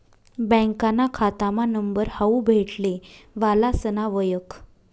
बँकाना खातामा नंबर हावू भेटले वालासना वयख